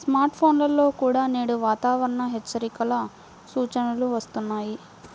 smart ఫోన్లలో కూడా నేడు వాతావరణ హెచ్చరికల సూచనలు వస్తున్నాయి